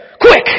Quick